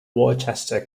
worcester